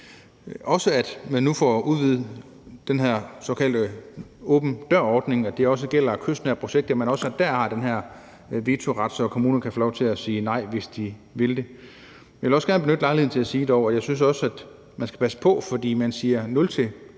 også, at man nu får udvidet den her såkaldte åben dør-ordning, så det også gælder kystnære projekter, og at man også dér har den her vetoret, så kommunerne kan få lov til at sige nej, hvis de vil det. Jeg vil dog også gerne benytte lejligheden til at sige, at jeg synes, man skal passe på, når man siger 0-15